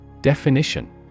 Definition